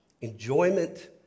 Enjoyment